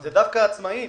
זה דווקא העצמאיים,